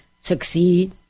succeed